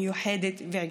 מיוחדת ועקבית.